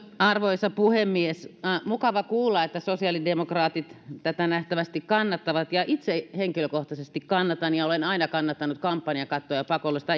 arvoisa puhemies mukava kuulla että sosiaalidemokraatit tätä nähtävästi kannattavat ja itse henkilökohtaisesti kannatan ja olen aina kannattanut kampanjakattoa ja pakollista